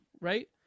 right